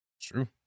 true